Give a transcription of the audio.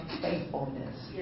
faithfulness